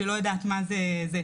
שלא יודעת מה זה.